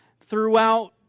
throughout